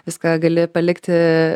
viską gali palikti